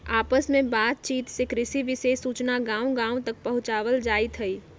आपस में बात चित से कृषि विशेष सूचना गांव गांव तक पहुंचावल जाईथ हई